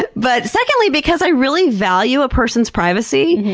but but secondly, because i really value a person's privacy.